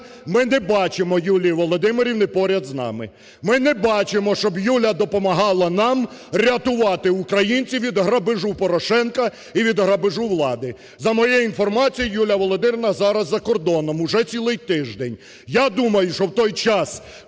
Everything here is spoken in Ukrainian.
ми не бачимо Юлії Володимирівни поряд з нами. Ми не бачимо, щоб Юля допомагала нам рятувати українців від грабежу Порошенка і від грабежу влади. За моєю інформацією Юлія Володимирівна зараз за кордоном, уже цілий тиждень. Я думаю, що в той час,